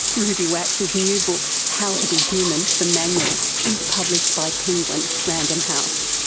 ruby wax's new book how to be human the manual is published by penguin, random house.